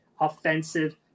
offensive